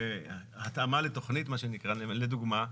התאמה לתכנית לדוגמה,